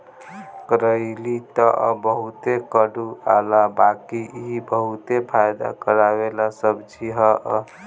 करइली तअ बहुते कड़ूआला बाकि इ बहुते फायदा करेवाला सब्जी हअ